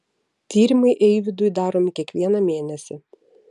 tyrimai eivydui daromi kiekvieną mėnesį